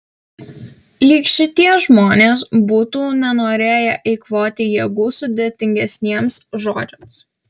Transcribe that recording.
lyg šitie žmonės būtų nenorėję eikvoti jėgų sudėtingesniems žodžiams